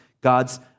God's